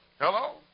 Hello